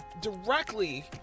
directly